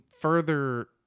further